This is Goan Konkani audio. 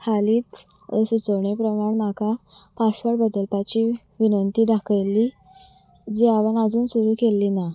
हालींच सुचोवणे प्रमाण म्हाका पासवर्ड बदलपाची विनंती दाखयल्ली जी हांवें आजून सुरू केल्ली ना